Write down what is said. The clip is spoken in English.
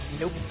nope